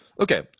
Okay